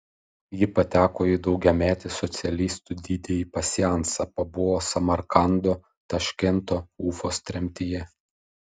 ji pateko į daugiametį socialistų didįjį pasiansą pabuvo samarkando taškento ufos tremtyje